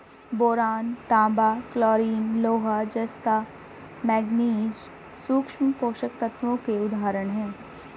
boron, तांबा, chlorine, लोहा, जस्ता, मैंगनीज सूक्ष्म पोषक तत्वों के उदाहरण हैं